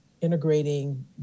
integrating